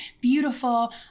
beautiful